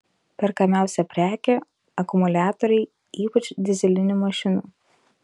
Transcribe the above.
perkamiausia prekė akumuliatoriai ypač dyzelinių mašinų